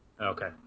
Okay